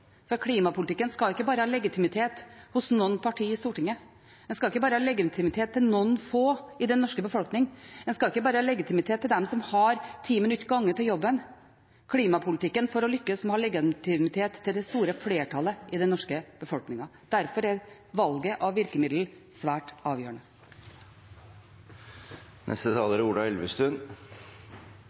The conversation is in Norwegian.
for klimapolitikken skal ikke bare ha legitimitet hos noen partier i Stortinget. Den skal ikke bare ha legitimitet hos noen få i den norske befolkning. Den skal ikke bare ha legitimitet hos dem som har ti minutter gange til jobben. For å lykkes med klimapolitikken må den ha legitimitet hos det store flertallet i den norske befolkningen. Derfor er valget av virkemiddel svært avgjørende. Venstre er